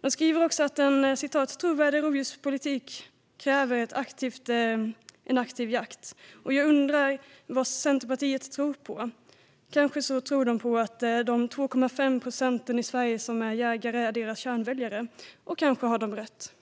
De skriver också att "en trovärdig rovdjurspolitik kräver en aktiv förvaltning". Jag undrar vad Centerpartiet tror på. Kanske tror de på att de 2,5 procent i Sverige som är jägare är deras kärnväljare. Och kanske har de rätt.